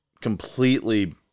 completely